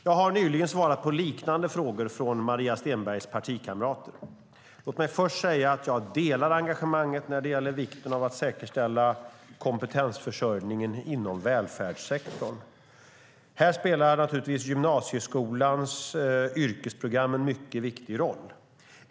Jag har nyligen svarat på liknande frågor från Maria Stenbergs partikamrater. Låt mig först säga att jag delar engagemanget när det gäller vikten av att säkerställa kompetensförsörjningen inom välfärdssektorn. Här spelar naturligtvis gymnasieskolans yrkesprogram en mycket viktig roll.